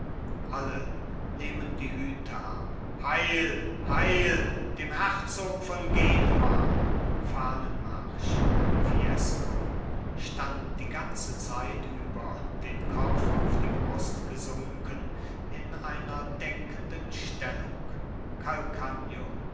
alle nehmen die hüte ab heil heil dem herzog von genua fahnenmarsch fiesco stand die ganze zeit über den kopf auf die brust gesunken in einer denkenden stellung